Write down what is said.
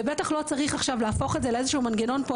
ובטח לא צריך עכשיו להפוך את זה לאיזה שהוא מנגנון פה